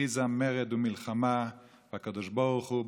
הכריזה מרד ומלחמה בקדוש ברוך הוא,